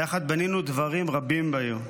ביחד בנינו דברים רבים בעיר,